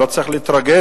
לא צריך להתרגז,